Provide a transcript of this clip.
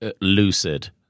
lucid